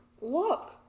Look